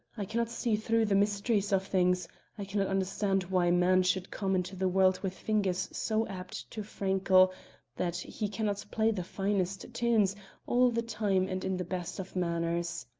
i cannot see through the mysteries of things i cannot understand why man should come into the world with fingers so apt to fankle that he cannot play the finest tunes all the time and in the best of manners.